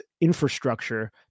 infrastructure